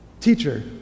Teacher